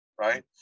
right